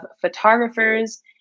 photographers